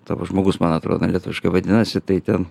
toks žmogus man atrodo lietuviškai vadinasi tai ten